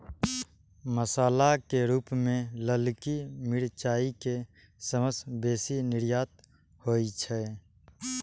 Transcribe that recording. मसाला के रूप मे ललकी मिरचाइ के सबसं बेसी निर्यात होइ छै